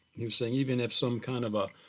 he was saying, even if some kind of ah